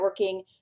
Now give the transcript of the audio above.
networking